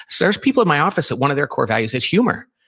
there's people in my office, that one of their core values is humor.